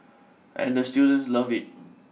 and the students love it